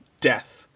death